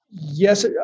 Yes